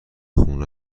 خونه